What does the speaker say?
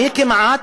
אני אתך,